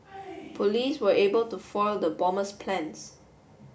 police were able to foil the bomber's plans